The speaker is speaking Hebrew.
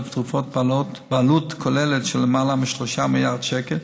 ותרופות בעלות כוללת של למעלה מ-3 מיליארד שקל,